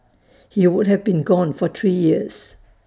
he would have been gone for three years